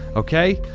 okay?